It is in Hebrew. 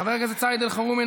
חבר הכנסת סעיד אלחרומי,